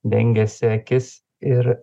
dengiasi akis ir